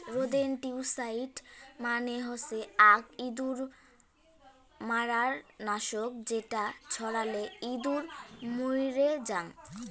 rodenticide মানে হসে আক ইঁদুর মারার নাশক যেটা ছড়ালে ইঁদুর মইরে জাং